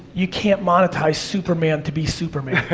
you can't monetize superman to be superman.